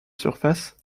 surface